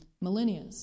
millennia